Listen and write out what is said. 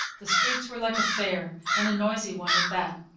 the streets were like a fair, and a noisy one at that.